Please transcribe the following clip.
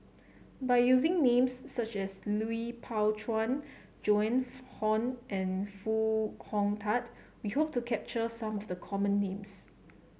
by using names such as Lui Pao Chuen Joan Hon and Foo Hong Tatt we hope to capture some of the common names